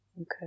Okay